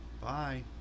Bye